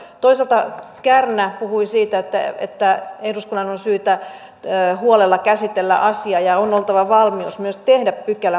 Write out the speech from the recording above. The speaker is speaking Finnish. toisaalta kärnä puhui siitä että eduskunnan on syytä huolella käsitellä asia ja on oltava valmius myös tehdä pykälämuutoksia